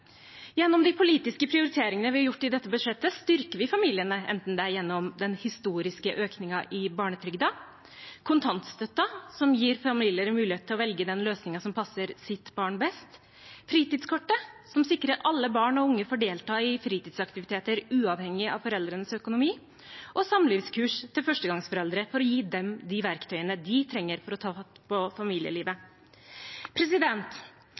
Gjennom de politiske prioriteringene vi har gjort i dette budsjettet, styrker vi familiene, enten det er gjennom den historiske økningen i barnetrygden, kontantstøtten – som gir familier en mulighet til å velge den løsningen som passer deres barn best, fritidskortet – som sikrer at alle barn og unge får delta i fritidsaktiviteter uavhengig av foreldrenes økonomi, eller samlivskurs for førstegangsforeldre for å gi dem de verktøyene de trenger for å ta fatt på familielivet.